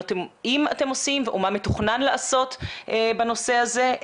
אם אתם עושים או מה מתוכנן לעשות בנושא הזה,